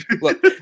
Look